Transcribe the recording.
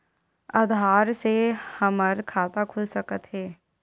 आधार से हमर खाता खुल सकत हे?